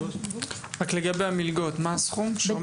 רק לגבי המלגות, מה הסכום שעומד עכשיו?